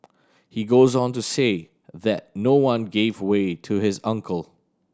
he goes on to say that no one gave way to his uncle